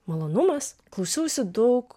malonumas klausiausi daug